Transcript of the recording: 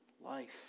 life